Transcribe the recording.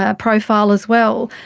ah profile as well,